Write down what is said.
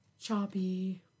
Choppy